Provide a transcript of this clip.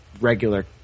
regular